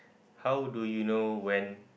how do you know when